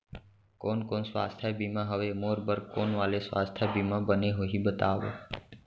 कोन कोन स्वास्थ्य बीमा हवे, मोर बर कोन वाले स्वास्थ बीमा बने होही बताव?